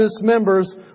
members